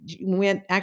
went